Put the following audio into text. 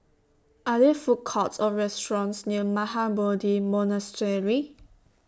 Are There Food Courts Or restaurants near Mahabodhi Monastery